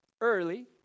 early